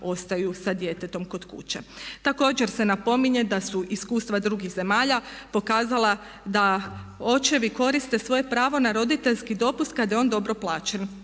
ostaju sa djetetom kod kuće. Također se napominje da su iskustva drugih zemalja pokazala da očevi koriste svoje pravo na roditeljski dopust kada je on dobro plaćen